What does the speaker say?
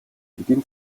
эдийн